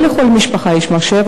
לא לכל משפחה יש מחשב.